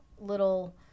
little